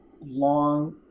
long